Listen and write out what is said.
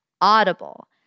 Audible